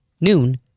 noon